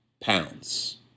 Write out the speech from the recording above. pounds